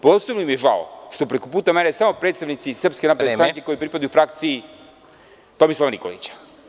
Posebno mi je žao što su preko puta mene samo predstavnici SNS koji pripadaju frakciji Tomislava Nikolića.